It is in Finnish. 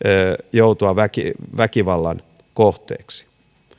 joutua väkivallan väkivallan kohteeksi